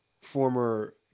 former